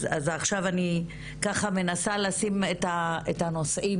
אז עכשיו אני ככה מנסה לשים את הנושאים,